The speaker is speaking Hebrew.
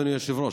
אדוני היושב-ראש,